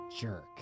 jerk